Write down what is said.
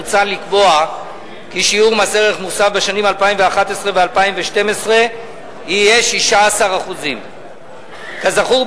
מוצע לקבוע כי שיעור מס ערך מוסף בשנים 2011 ו-2012 יהיה 16%. כזכור,